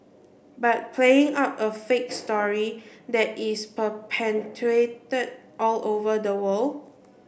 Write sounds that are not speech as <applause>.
but playing up a fake story that is <unintelligible> all over the world